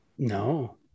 no